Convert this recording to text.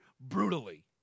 brutally